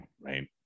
right